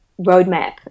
roadmap